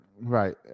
right